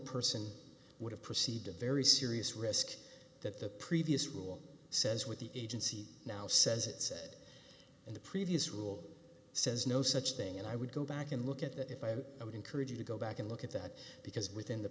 person would have proceeded very serious risk that the previous rule says what the agency now says it says in the previous rule says no such thing and i would go back and look at that if i would encourage you to go back and look at that because within the